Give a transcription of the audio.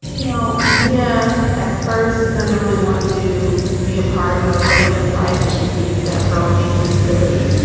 you know, mia at first doesn't really want to be a part of elaina's life, but she sees that pearl needs some stability.